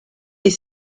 est